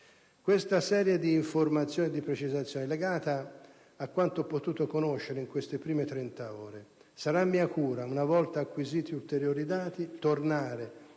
Questa serie di informazioni e di precisazioni è legata a quanto ho potuto conoscere in queste prime trenta ore. Sarà mia cura, una volta acquisiti ulteriori dati, tornare